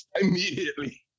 immediately